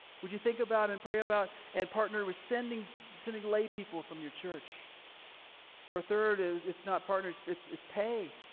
would you think about and pray about and partner with sending sending lay people from your church third is it's not partners, it's it's pay.